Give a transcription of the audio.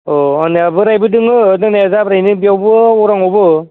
अ आंनिया बोराइबो दङ दंनाया जाब्रायानो बेयावबो अरांआवबो